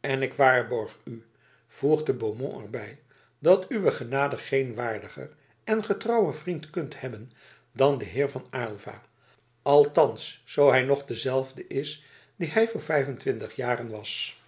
en ik waarborg u voegde beaumont er bij dat uwe genade geen waardiger en getrouwer vriend kunt hebben dan den heer van aylva althans zoo hij nog dezelfde is die hij voor vijf en twintig jaren was